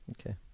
Okay